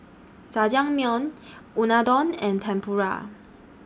Jajangmyeon Unadon and Tempura